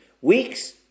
weeks